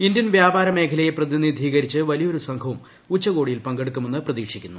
Indian വ്യാപാര മേഖലയെ പ്രതിനിധീകരിച്ച് വലിയൊരു സംഘവും ഉച്ചകോടിയിൽ പങ്കെടുക്കുമെന്ന് പ്രതീക്ഷിക്കുന്നു